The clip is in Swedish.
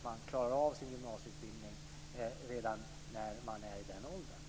de klarar av sin gymnasieutbildning redan när de är i den åldern.